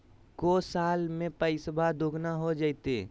को साल में पैसबा दुगना हो जयते?